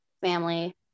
family